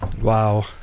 Wow